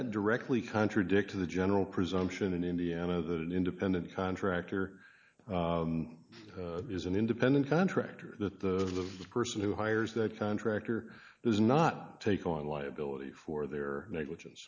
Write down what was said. that directly contradict to the general presumption in indiana the independent contractor is an independent contractor that the person who hires that contractor is not take on liability for their negligence